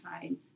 time